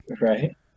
Right